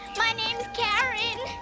my name's karen.